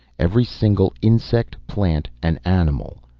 every single insect, plant and animal.